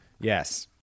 Yes